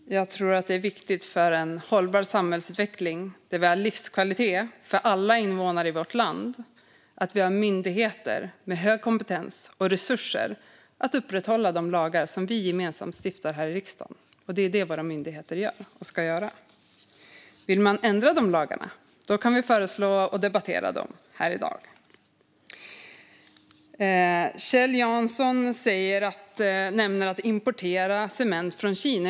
Herr talman! Jag tror att det är viktigt för en hållbar samhällsutveckling där vi har livskvalitet för alla invånare i vårt land att vi har myndigheter med hög kompetens och resurser att upprätthålla de lagar som vi gemensamt stiftar här i riksdagen. Och det är det våra myndigheter gör och ska göra. Om man vill ändra dessa lagar kan man föreslå något annat och debattera det här i dag. Kjell Jansson nämner import av cement från Kina.